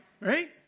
Right